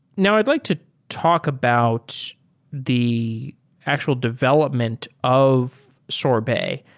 now i'd like to talk about the actual development of sorbet,